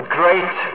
great